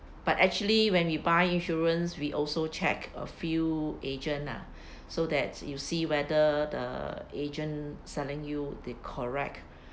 but actually when we buy insurance we also check a few agent ah so that you see whether the agent selling you the correct